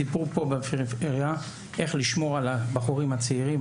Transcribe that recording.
סיפור פה בעירייה איך לשמור על הבחורים הצעירים,